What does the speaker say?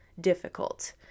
difficult